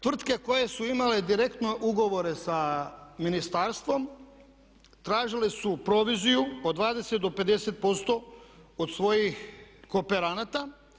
Tvrtke koje su imale direktno ugovore sa ministarstvom tražile su proviziju od 20 do 50% od svojih kooperanata.